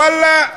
ואללה,